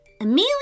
Amelia